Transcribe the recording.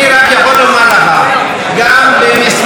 אני רק יכול לומר לך: גם במסמכים,